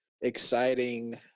exciting